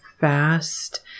fast